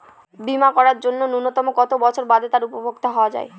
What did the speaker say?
বীমা করার জন্য ন্যুনতম কত বছর বাদে তার উপভোক্তা হওয়া য়ায়?